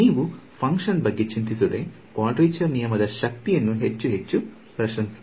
ನೀವು ಫಂಕ್ಷನ್ ಬಗ್ಗೆ ಚಿಂತಿಸದೆ ಕ್ವಾಡ್ರೇಚರ್ ನಿಯಮದ ಶಕ್ತಿಯನ್ನು ಹೆಚ್ಚು ಹೆಚ್ಚು ಪ್ರಶಂಸಿಸುತ್ತೀರಿ